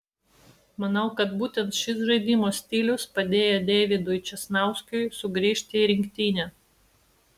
manau kad būtent šis žaidimo stilius padėjo deividui česnauskiui sugrįžti į rinktinę